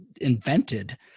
invented